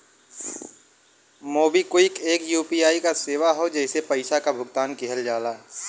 MobiKwik एक UPI क सेवा हौ जेसे पइसा क भुगतान किहल जाला